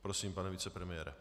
Prosím, pane vicepremiére.